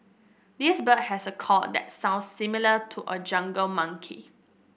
this bird has a call that sounds similar to a jungle monkey